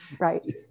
right